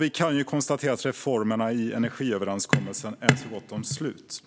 Vi kan ju konstatera att reformerna i energiöverenskommelsen är så gott som slut.